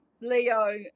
Leo